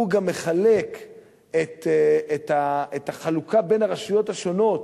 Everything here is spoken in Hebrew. הוא גם מחלק את החלוקה בין הרשויות השונות